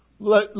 Let